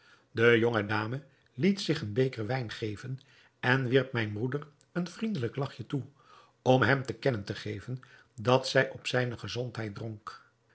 de jonge dame liet zich een beker wijn geven en wierp mijn broeder een vriendelijk lachje toe om hem te kennen te geven dat zij op zijne gezondheid dronk